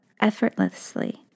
effortlessly